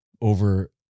over